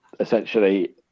essentially